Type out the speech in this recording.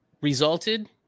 resulted